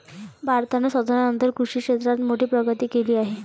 भारताने स्वातंत्र्यानंतर कृषी क्षेत्रात मोठी प्रगती केली आहे